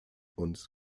und